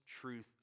truth